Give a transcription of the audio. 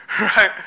right